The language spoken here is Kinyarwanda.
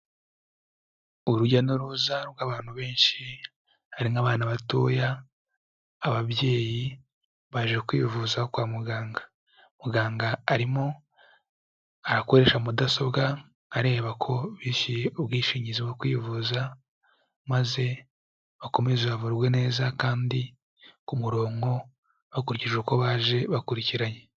Urujya n'uruza rw'abantu benshi, hari nk'abana batoya, ababyeyi, baje kwivuza kwa muganga. Muganga arimo arakoresha mudasobwa areba ko bishyuye ubwishingizi bwo kwivuza, maze bakomeze bavurwe neza kandi ku murongo bakurikije uko baje bakurikiranye.